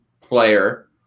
player